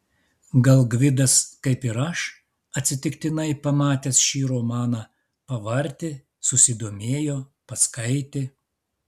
gal gvidas kaip ir aš atsitiktinai pamatęs šį romaną pavartė susidomėjo paskaitė